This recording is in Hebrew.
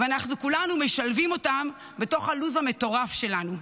וכולנו משלבים אותן בתוך הלו"ז המטורף שלנו.